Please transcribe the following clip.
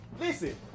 Listen